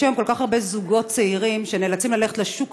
יש היום כל כך הרבה זוגות צעירים שנאלצים ללכת לשוק